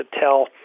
tell